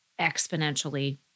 exponentially